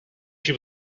she